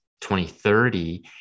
2030